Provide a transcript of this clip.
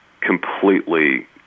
completely